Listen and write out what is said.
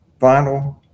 vinyl